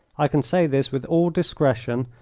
i can say this with all discretion,